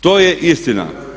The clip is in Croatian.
To je istina.